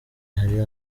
hari